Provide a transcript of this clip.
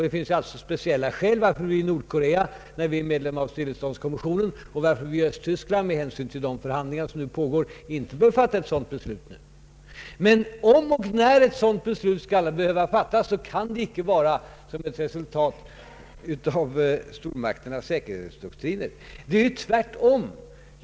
Det finns speciella skäl till att vi beträffande Nordkorea, där vi tillhör stilleståndskommissionen, och beträffande Östtyskland med hänsyn till de förhandlingar som nu pågår, inte bör fatta ett sådant beslut nu. Men om och när ett sådant beslut fattas av oss kan det icke vara som ett resultat av stormakternas säkerhetsdoktriner. Det är tvärtom.